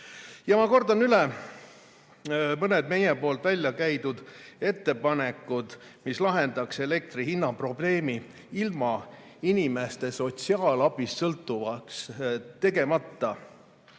Ma kordan üle mõned meie välja käidud ettepanekud, mis lahendaks elektrihinna probleemi ilma inimesi sotsiaalabist sõltuvaks tegemata.